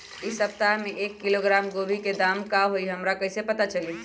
इ सप्ताह में एक किलोग्राम गोभी के दाम का हई हमरा कईसे पता चली?